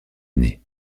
année